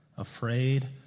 afraid